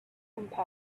impact